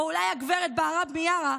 או אולי הגב' בהרב מיארה,